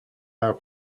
our